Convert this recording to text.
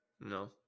No